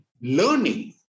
Learning